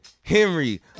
Henry